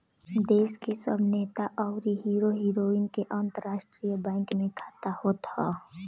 देस के सब नेता अउरी हीरो हीरोइन के अंतरराष्ट्रीय बैंक में खाता होत हअ